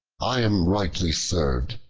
i am rightly served,